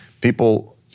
people